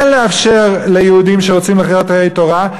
כן לאפשר ליהודים שרוצים לחיות חיי תורה,